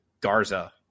Garza